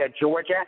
Georgia